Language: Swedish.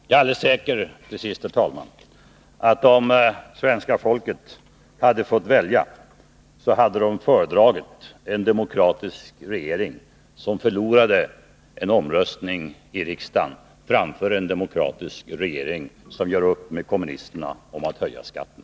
Till sist, herr talman, är det alldeles säkert att om svenska folket hade fått välja, hade de föredragit en regering som förlorade en omröstning i riksdagen framför en regering som gör upp med kommunisterna om att höja skatterna.